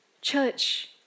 Church